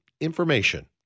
Information